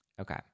Okay